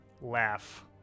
laugh